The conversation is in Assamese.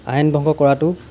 আইন ভংগ কৰাটো